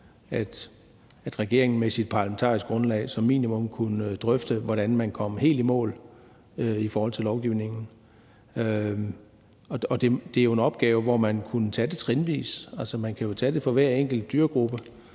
regeringen med sit parlamentariske grundlag som minimum kunne drøfte, hvordan man kom helt i mål i forhold til lovgivningen. Det er jo en opgave, som man kunne tage trinvis. Altså, man kan jo tage det for hver enkelt dyregruppe,